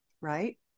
right